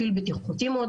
ידענו שהנגיף הזה,